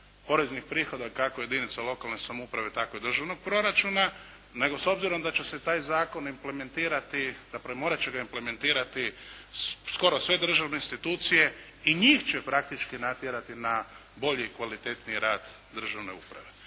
poreznih prihoda kako jedinica lokalne samouprave tako državnog proračuna nego s obzirom da će se taj zakon implementirati, zapravo morati će ga implementirati skoro sve državne institucije, i njih će praktički natjerati na bolji i kvalitetniji rad državne uprave.